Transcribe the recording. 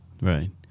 Right